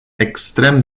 extrem